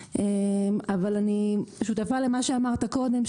אבל אני שותפה למה שאמרת קודם,